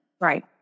Right